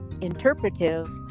interpretive